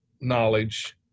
knowledge